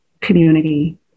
community